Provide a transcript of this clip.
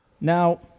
Now